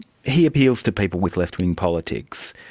he appeals to people with left-wing politics.